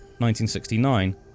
1969